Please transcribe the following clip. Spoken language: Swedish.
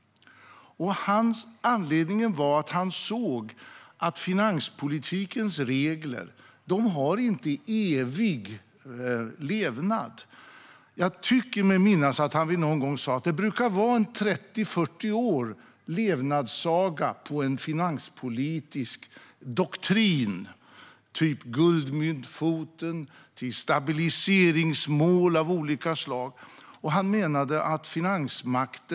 Anledningen var att han såg att finanspolitikens regler inte har evig levnad. Jag tycker mig minnas att han någon gång sa att en finanspolitisk doktrin, typ guldmyntfoten och stabiliseringsmål av olika slag, brukar ha en levnadssaga på 30-40 år.